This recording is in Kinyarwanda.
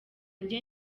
njye